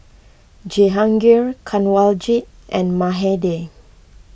Jehangirr Kanwaljit and Mahade